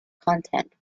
content